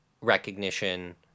recognition